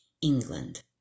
England